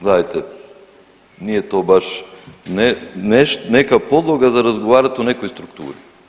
Gledajte, nije to baš neka podloga za razgovarat o nekoj strukturi.